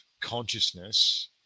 consciousness